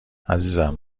عزیزم